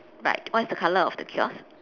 right what's the color of the kiosk